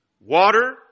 Water